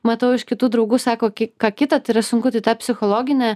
matau iš kitų draugų sako ką kita tai yra sunku tai tą psichologinę